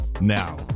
Now